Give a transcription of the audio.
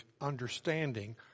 understanding